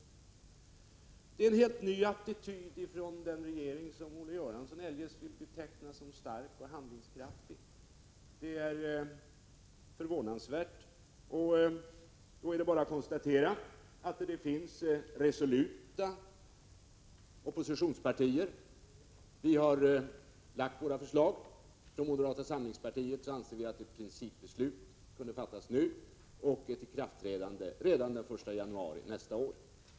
Detta är en helt ny attityd från den regering som Olle Göransson eljest vill beteckna som stark och handlingskraftig. Det är förvånansvärt, och då är det bara att konstatera att det finns resoluta oppositionspartier. Vi har lagt våra förslag. I moderata samlingspartiet anser vi att ett principbeslut kunde fattas nu med ikraftträdande redan den 1 januari nästa år.